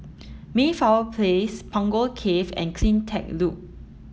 Mayflower Place Punggol Cove and CleanTech Loop